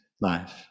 life